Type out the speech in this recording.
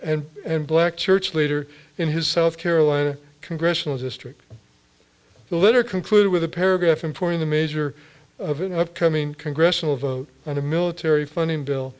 and and black church leader in his south carolina congressional district the letter concluded with a paragraph in for the major of an upcoming congressional vote on the military funding bill